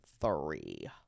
three